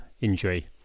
injury